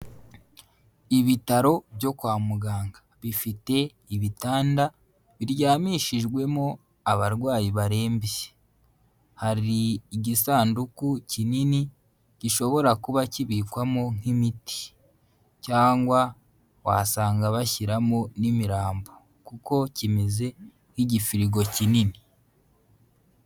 Ibitaro byo kwa muganga bifite ibitanda biryamishijwemo abarwayi barembye, hari igisanduku kinini gishobora kuba kibikwamo nk'imiti cyangwa wasanga bashyiramo n'imirambo kuko kimeze nk'igifirigo kinini.